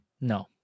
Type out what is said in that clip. No